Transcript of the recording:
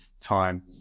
time